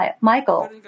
Michael